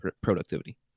productivity